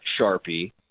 Sharpie